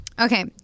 Okay